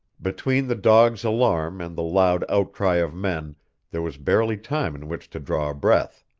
between the dog's alarm and the loud outcry of men there was barely time in which to draw a breath.